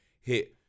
hit